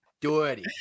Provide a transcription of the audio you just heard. Dirty